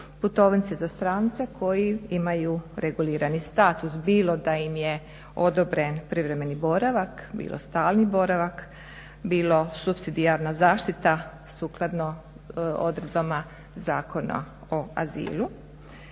putovnice za strance koji imaju regulirani status bilo da im je odobren privremeni boravak, bilo stalni boravak, bilo supsidijarna zaštita sukladno odredbama Zakona o azilu.